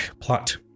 plot